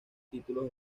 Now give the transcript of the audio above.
títulos